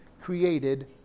created